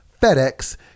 FedEx